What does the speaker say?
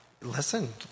listen